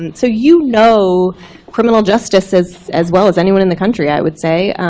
and so you know criminal justice as as well as anyone in the country, i would say.